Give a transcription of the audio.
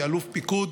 כאלוף פיקוד.